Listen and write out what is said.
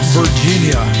virginia